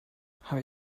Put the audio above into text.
habe